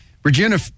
Virginia